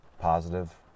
positive